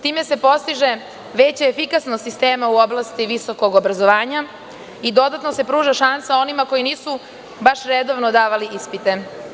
Time se postiže veća efikasnost sistema u oblasti visokog obrazovanja i dodatno se pruža šansa onima koji nisu baš redovno davali ispite.